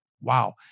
Wow